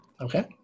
Okay